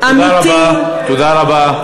תודה רבה, תודה רבה.